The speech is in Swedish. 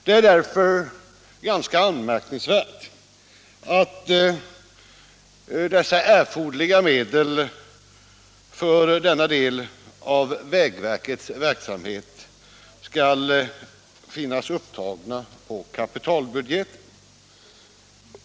Det är därför ganska anmärkningsvärt att de för denna del av vägverkets verksamhet erforderliga medlen skall finnas upptagna på kapitalbudgeten.